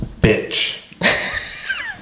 Bitch